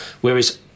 whereas